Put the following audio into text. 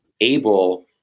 able